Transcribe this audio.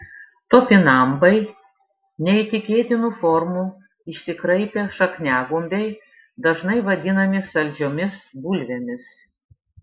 topinambai neįtikėtinų formų išsikraipę šakniagumbiai dažnai vadinami saldžiomis bulvėmis